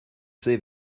see